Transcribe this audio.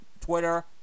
Twitter